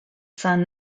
son